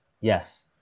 Yes